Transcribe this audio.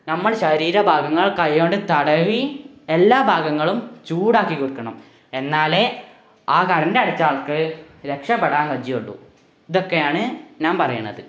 നമ്മള് ശരീര ഭാഗങ്ങള് കൈകൊണ്ട് തടവി എല്ലാ ഭാഗങ്ങളും ചൂടാക്കിക്കൊടുക്കണം എന്നാലേ ആ കറണ്ട് അടിച്ച ആള്ക്ക് രക്ഷപ്പെടാന് വജിയുള്ളു ഇതൊക്കെയാണ് നാം പറയുന്നത്